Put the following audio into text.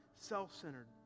self-centered